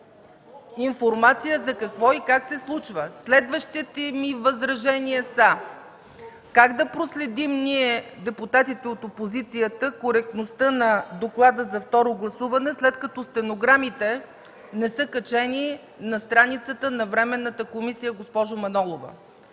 не можах да разбера! ЦЕЦКА ЦАЧЕВА: Следващите ни възражения са: как да проследим ние, депутатите от опозицията, коректността на доклада за второ гласуване, след като стенограмите не са качени на страницата на Временната комисия, госпожо Манолова?